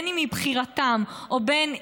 אם מבחירתם ואם